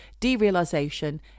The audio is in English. derealization